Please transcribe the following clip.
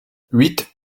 huit